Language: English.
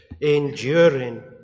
enduring